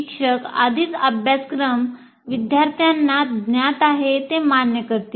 शिक्षक आधीच अभ्यासक्रम विद्यार्थ्यांना ज्ञात आहे ते मान्य करतील